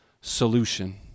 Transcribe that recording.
solution